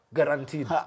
Guaranteed